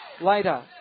later